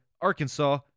Arkansas